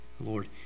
Lord